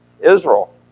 Israel